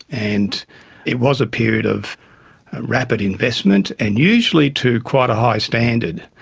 and it was a period of rapid investment, and usually to quite a high standard.